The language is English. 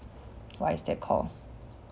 what is that called